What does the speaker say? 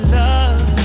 love